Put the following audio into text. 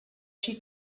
she